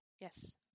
Yes